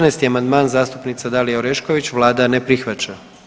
14. amandman zastupnica Dalija Oreškić, Vlada ne prihvaća.